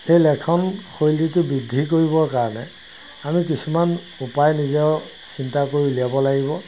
সেই লেখন শৈলীটো বৃদ্ধি কৰিবৰ কাৰণে আমি কিছুমান উপায় নিজৰ চিন্তা কৰি উলিয়াব লাগিব